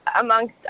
amongst